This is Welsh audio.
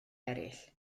eraill